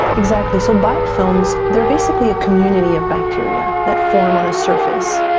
exactly. so biofilms, they are basically a community of bacteria that form on a surface.